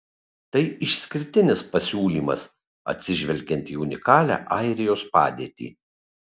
tai išskirtinis pasiūlymas atsižvelgiant į unikalią airijos padėtį